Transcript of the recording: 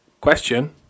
question